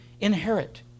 inherit